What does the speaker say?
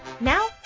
Now